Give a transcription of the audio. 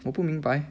我不明白